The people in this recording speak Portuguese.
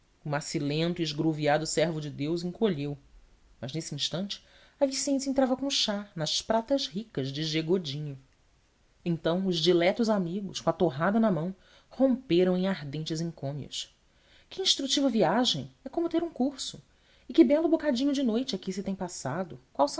macilento e esgrouviado servo de deus encolheu mas nesse instante a vicência entrava com o chá nas pratas ricas de g godinho então os diletos amigos com a torrada na mão romperam em ardentes encômios que instrutiva viagem é como ter um curso e que belo bocadinho de noite aqui se tem passado qual